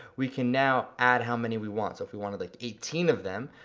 we can now add how many we want. so if we wanted like eighteen of them,